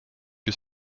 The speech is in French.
que